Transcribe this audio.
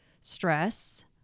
stress